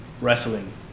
Wrestling